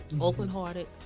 open-hearted